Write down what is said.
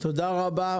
תודה רבה.